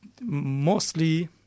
mostly